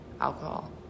alcohol